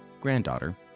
granddaughter